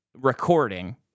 recording